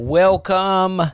welcome